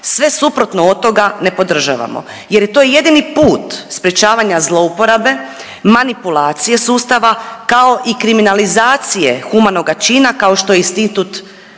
sve suprotno od toga ne podržavamo jer je to jedini put sprječavanja zlouporabe, manipulacije sustava, kao i kriminalizacije humanoga čina kao što je institut